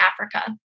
Africa